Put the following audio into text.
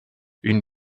une